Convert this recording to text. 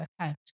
account